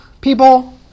people